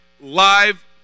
live